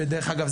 ודרך אגב,